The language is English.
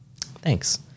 Thanks